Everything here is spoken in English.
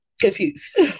confused